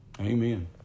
Amen